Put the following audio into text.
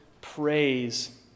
praise